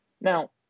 Now